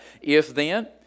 if-then